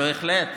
בהחלט.